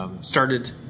Started